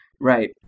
Right